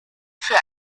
für